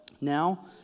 Now